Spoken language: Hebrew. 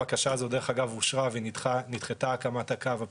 הבקשה הזו אגב אושרה ונדחתה הקמת הקו עם